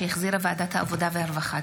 שהחזירה ועדת העבודה והרווחה.